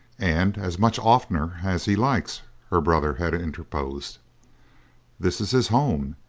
and as much oftener as he likes, her brother had interposed. this is his home,